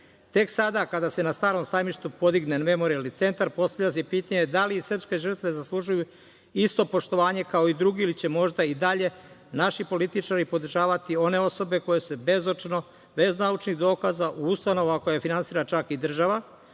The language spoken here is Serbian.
Tek sada, kada se na Starom sajmištu podigne Memorijalni centar, postavlja se pitanje da li srpske žrtve zaslužuju isto poštovanje kao i drugi, ili će možda i dalje naši političari podržavati one osobe koje se bezočno, bez naučnih dokaza ustanova koje finansira čak i država,